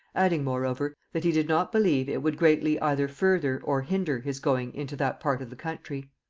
adding moreover, that he did not believe it would greatly either further or hinder his going into that part of the country.